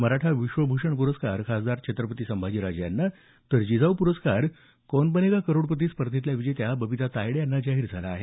मराठा विश्वभूषण पुरस्कार खासदार छत्रपती संभाजीराजे यांना तर जिजाऊ पुरस्कार कौन बनेगा करोडपती स्पर्धेच्या विजेत्या बबिता तायडे यांना जाहीर झाला आहे